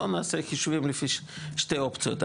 בואו נעשה חישובים לפי 2 אופציות,